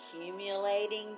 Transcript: accumulating